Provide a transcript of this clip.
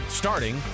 starting